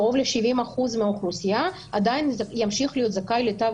קרוב ל-70% מהאוכלוסייה עדיין ימשיכו להיות זכאים לתו